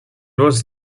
was